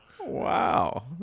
Wow